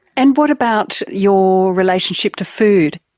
and what about your relationship to food?